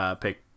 pick